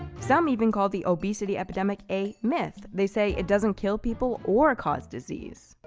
some even called the obesity epidemic a myth. they say it doesn't kill people or cause disease.